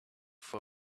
for